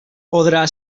podrà